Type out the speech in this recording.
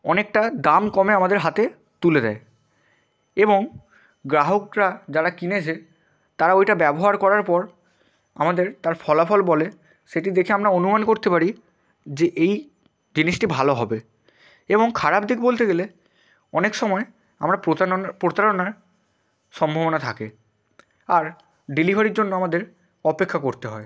অনেকটা দাম কমে আমাদের হাতে তুলে দেয় এবং গ্রাহকরা যারা কিনেছে তারা ওইটা ব্যবহার করার পর আমাদের তার ফলাফল বলে সেটি দেখে আমরা অনুমান করতে পারি যে এই জিনিসটি ভালো হবে এবং খারাপ দিক বলতে গেলে অনেক সময় আমরা প্রতারণার সম্ভাবনা থাকে আর ডেলিভারির জন্য আমাদের অপেক্ষা করতে হয়